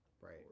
Right